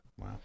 Wow